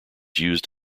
used